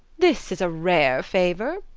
this is a rare favour!